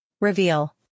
reveal